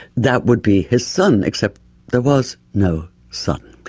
that would be his son, except there was no son.